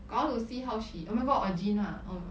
I want to see how she oh my god or Gina oh my god